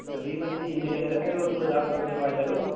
अच्छा बीह् पंजी इन्ने केह् करने तुस कोई दस बंदे पाई लैएओ